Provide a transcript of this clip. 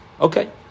Okay